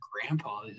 grandpa